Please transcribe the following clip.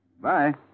Bye